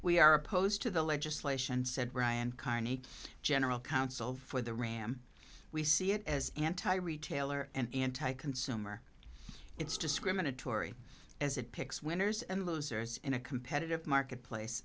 we are opposed to the legislation said ryan carney general counsel for the ram we see it as anti retailer and anti consumer it's discriminatory as it picks winners and losers in a competitive marketplace